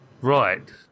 right